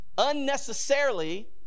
unnecessarily